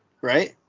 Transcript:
right